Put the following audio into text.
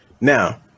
now